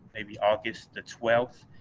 maybe august the twelfth,